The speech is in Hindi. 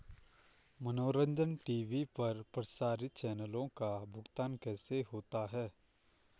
मनोरंजन टी.वी पर प्रसारित चैनलों का भुगतान कैसे होता है?